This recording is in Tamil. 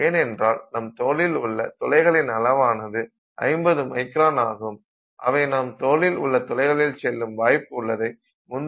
ஏனென்றால் நம் தோலில் உள்ள துளைகளின் அளவானது 50 மைக்ரான் ஆகும் அவை நம் தோலில் உள்ள துளைகளில் செல்லும் வாய்ப்பு உள்ளதை முந்தைய வகுப்பில் கூறியுள்ளேன்